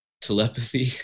telepathy